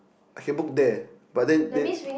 I can book there but then then